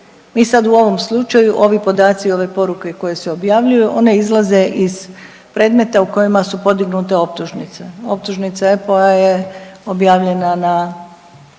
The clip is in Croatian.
Mi sad u ovom slučaju ovi podaci ove poruke koje se objavljuju one izlaze iz predmeta u kojima su podignute optužnice. Optužnice koja je objavljena na